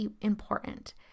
important